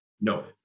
No